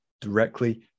directly